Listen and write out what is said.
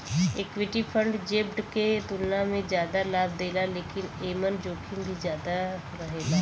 equity fund डेब्ट के तुलना में जादा लाभ देला लेकिन एमन जोखिम भी ज्यादा रहेला